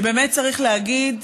שבאמת צריך להגיד,